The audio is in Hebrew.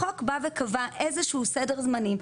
החוק בא וקבע איזשהו סדר זמנים,